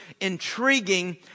intriguing